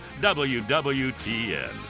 WWTN